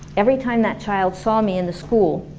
every time that child saw me in the school.